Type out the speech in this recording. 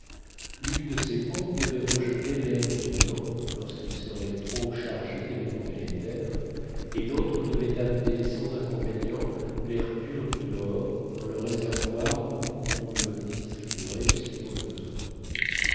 l'une de ces pompes devait rejeter l'air du dedans lorsqu'il serait trop chargé d'éléments délétères et l'autre devait amener sans inconvénient l'air pur du dehors dans le réservoir d'où on le distribuerait suivant le besoin